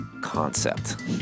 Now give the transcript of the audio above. concept